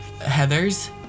Heather's